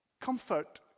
Comfort